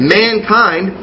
mankind